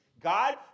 God